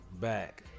Back